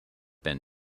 been